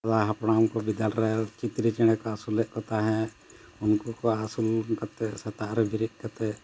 ᱥᱮᱫᱟᱭ ᱦᱟᱯᱲᱟᱢ ᱠᱚ ᱵᱤᱫᱟᱹᱞ ᱨᱮ ᱪᱤᱛᱨᱤ ᱪᱮᱬᱮ ᱠᱚ ᱟᱹᱥᱩᱞᱮᱫ ᱠᱚ ᱛᱟᱦᱮᱸᱫ ᱩᱱᱠᱩ ᱠᱚ ᱟᱹᱥᱩᱞ ᱠᱟᱛᱮᱫ ᱥᱮᱛᱟᱜ ᱨᱮ ᱵᱮᱨᱮᱫ ᱠᱟᱛᱮ